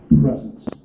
presence